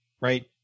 right